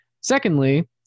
Secondly